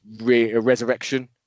Resurrection